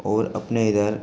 और अपने इधर